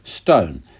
stone